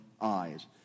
eyes